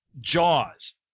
Jaws